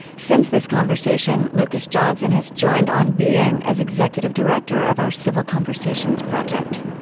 since this conversation, lucas johnson has joined on being as executive director of our civil conversations project